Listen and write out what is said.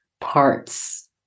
parts